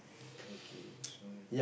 okay so